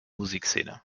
musikszene